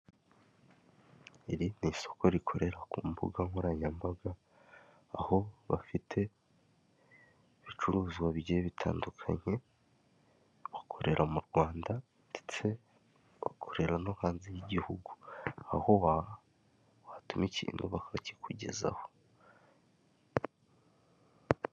Iri ni isoko rikorera ku mbuga nkoranyambaga, aho bafite ibicuruzwa bigiye bitandukanye, bakorera mu Rwanda, ndetse bakorera no hanze y'igihugu. Aho wabatuma ikintu bakakikugezaho.